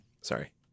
sorry